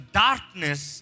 darkness